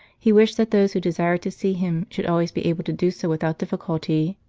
he wished that those who desired to see him should always be able to do so without difficulty.